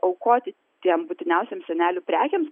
aukoti tiems būtiniausiems senelių prekėms